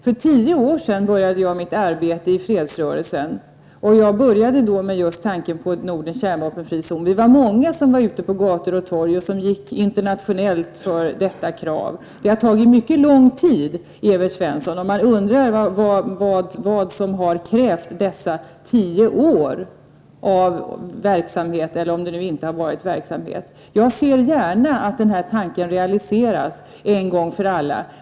För tio år sedan började jag mitt arbete i fredsrörelsen, och det var i samband med att tanken på Norden som en kärnvapenfri zon väcktes. Vi var många som ute på gator och torg pläderade för det. Även internationellt framförde vi det kravet. Men det har tagit mycket lång tid att komma någon vart, Evert Svensson, och man undrar vad som har krävt dessa tio år av verksamhet, om det nu har varit någon. Jag ser gärna att tanken på Norden som en kärnvapenfri zon realiseras en gång för alla.